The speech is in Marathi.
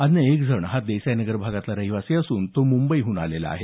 अन्य एक जण हा देसाई नगर भागातला रहिवाशी असून तो मुंबईतून आलेला आहे